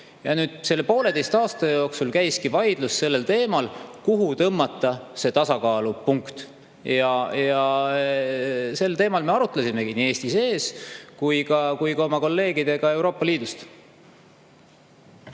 Ja selle pooleteise aasta jooksul käiski vaidlus sellel teemal, kuhu tõmmata see tasakaalupunkt. Seda teemat me arutasimegi nii Eesti sees kui ka oma kolleegidega Euroopa Liidust.